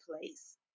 place